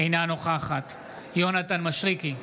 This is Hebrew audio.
אינה נוכחת יונתן מישרקי,